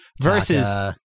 versus